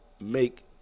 Make